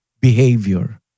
behavior